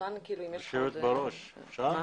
היושבת בראש, אפשר?